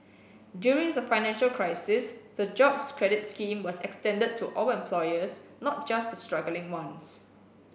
during the financial crisis the Jobs Credit scheme was extended to all employers not just the struggling ones